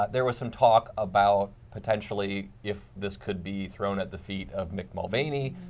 there was some talk about potentially if this could be thrown at the feet of mick mulvaney.